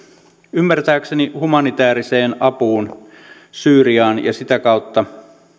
ymmärtääkseni humanitääriseen apuun syyriaan ja sitä kautta